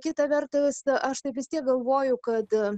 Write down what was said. kita vertus aš tai vis tiek galvoju kad